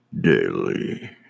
Daily